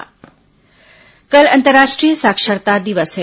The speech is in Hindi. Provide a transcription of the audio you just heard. अंतर्राष्ट्रीय साक्षरता दिवस कल अंतर्राष्ट्रीय साक्षरता दिवस है